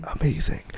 Amazing